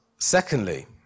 Secondly